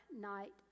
night